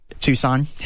tucson